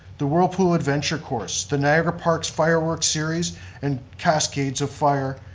the whirlpool adventure course, the niagara parks fireworks series and cascades of fire,